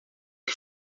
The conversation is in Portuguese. que